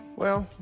well,